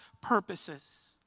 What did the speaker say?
purposes